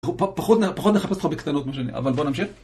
פחות נחפש אותך בקטנות, אבל בוא נמשיך.